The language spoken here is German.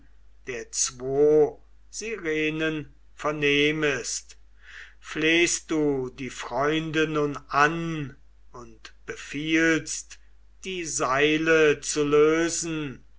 der zwo sirenen vernehmest flehst du die freunde nun an und befiehlst die seile zu lösen